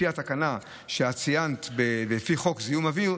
לפי התקנה שאת ציינת לפי חוק זיהום אוויר,